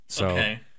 Okay